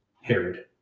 Herod